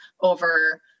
over